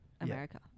America